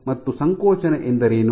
ಮತ್ತು ಸಂಕೋಚನ ಎಂದರೇನು